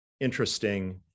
interesting